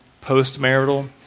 post-marital